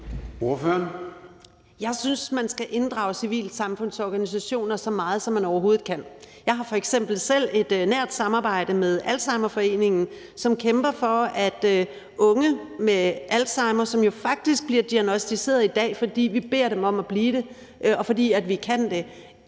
Jeg synes, man skal inddrage civilsamfundsorganisationer, så meget som man overhovedet kan. Jeg har f.eks. selv et nært samarbejde med Alzheimerforeningen, som kæmper for, at unge med alzheimer, som jo bliver diagnosticeret i dag, fordi vi beder dem om at blive det, og fordi vi kan det,